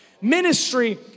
Ministry